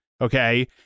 Okay